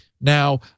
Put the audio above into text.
Now